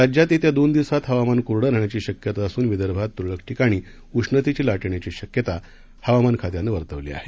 राज्यात येत्या दोन दिवसात हवामान कोरडं राहण्याची शक्यता असून विदर्भात तुरळक ठिकाणी उष्णतेची लाट येण्याची शक्यता हवामान खात्यानं वर्तवली आहे